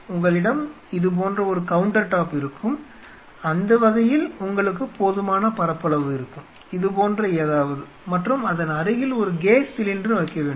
உங்களிடம் இது போன்ற ஒரு கவுண்டர்டாப் இருக்கும் அந்த வகையில் உங்களுக்கு போதுமான பரப்பளவு இருக்கும் இது போன்ற ஏதாவது மற்றும் அதன் அருகில் ஒரு கேஸ் சிலிண்டர் வைக்க வேண்டும்